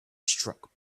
struck